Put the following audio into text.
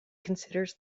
considers